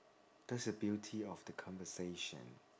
that's the beauty of the conversation